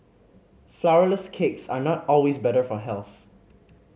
flourless cakes are not always better for health